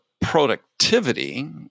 productivity